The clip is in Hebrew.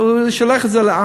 הוא שולח את זה לעם.